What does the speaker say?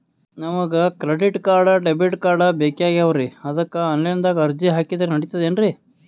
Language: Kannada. ನಮಗ ಕ್ರೆಡಿಟಕಾರ್ಡ, ಡೆಬಿಟಕಾರ್ಡ್ ಬೇಕಾಗ್ಯಾವ್ರೀ ಅದಕ್ಕ ಆನಲೈನದಾಗ ಅರ್ಜಿ ಹಾಕಿದ್ರ ನಡಿತದೇನ್ರಿ?